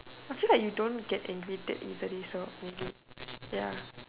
I feel like you don't get angry that easily so angry ya